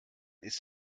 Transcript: ist